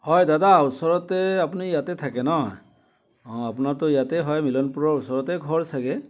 হয় দাদা ওচৰতে আপুনি ইয়াতে থাকে নহয় অঁ আপোনাৰতো ইয়াতেই হয় মিলনপুৰৰ ওচৰতে ঘৰ চাগৈ